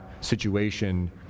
situation